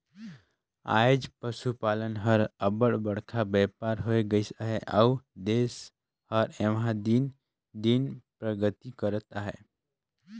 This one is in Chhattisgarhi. आएज पसुपालन हर अब्बड़ बड़खा बयपार होए गइस अहे अउ देस हर एम्हां दिन दिन परगति करत अहे